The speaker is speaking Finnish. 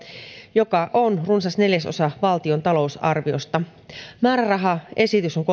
joka on runsas neljäsosa valtion talousarviosta määrärahaesitys on